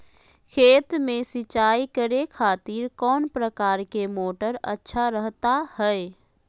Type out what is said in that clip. खेत में सिंचाई करे खातिर कौन प्रकार के मोटर अच्छा रहता हय?